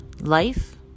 life